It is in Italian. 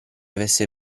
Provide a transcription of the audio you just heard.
avesse